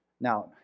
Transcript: Now